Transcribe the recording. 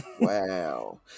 Wow